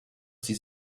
sieht